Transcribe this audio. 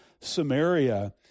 Samaria